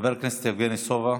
חבר הכנסת יבגני סובה,